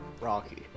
Rocky